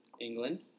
England